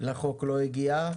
לחוק לא הגיעה,